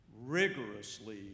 rigorously